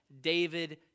David